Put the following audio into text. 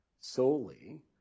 solely